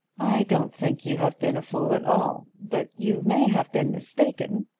i don't think you have been a fool at all, but you may have been mistaken.